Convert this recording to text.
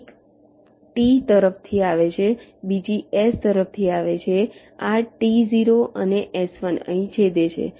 એક T તરફથી આવે છે અને બીજી S તરફથી આવે છે આ T0 અને S1 અહીં છેદે છે